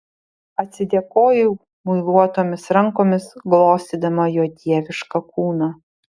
atsidėkojau muiluotomis rankomis glostydama jo dievišką kūną